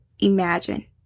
Imagine